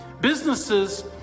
Businesses